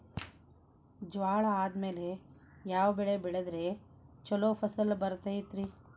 ಜ್ವಾಳಾ ಆದ್ಮೇಲ ಯಾವ ಬೆಳೆ ಬೆಳೆದ್ರ ಛಲೋ ಫಸಲ್ ಬರತೈತ್ರಿ?